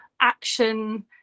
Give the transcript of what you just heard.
action